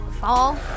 fall